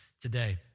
today